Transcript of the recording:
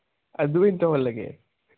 ꯑꯗꯨ ꯑꯣꯏ ꯇꯧꯍꯜꯂꯒꯦ